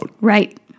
Right